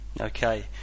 okay